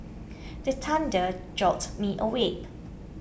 the thunder jolt me awake